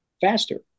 faster